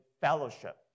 fellowship